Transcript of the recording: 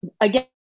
again